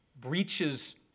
breaches